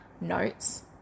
notes